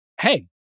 hey